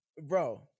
bro